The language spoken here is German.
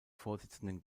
vorsitzenden